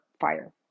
fire